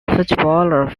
footballer